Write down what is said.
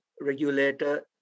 regulator